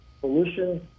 pollution